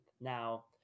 Now